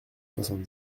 soixante